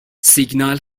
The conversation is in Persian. سیگنال